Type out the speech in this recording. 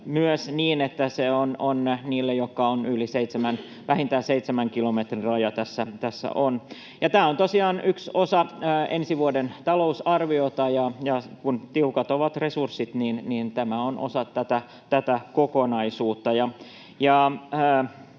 myös vähintään seitsemän kilometrin raja. Tämä on tosiaan yksi osa ensi vuoden talousarviota, ja kun tiukat ovat resurssit, niin tämä on osa tätä kokonaisuutta.